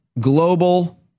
global